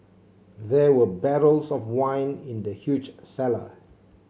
there were barrels of wine in the huge cellar